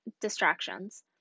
distractions